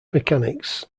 mechanics